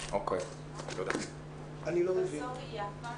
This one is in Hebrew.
פרופסור יפה